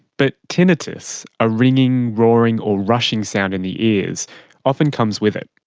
but tinnitus a ringing, roaring or rushing sound in the ears often comes with it.